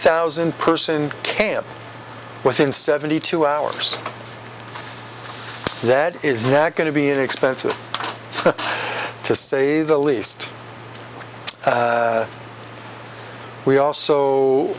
thousand person camp within seventy two hours that is not going to be expensive to say the least we also